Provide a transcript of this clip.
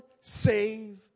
save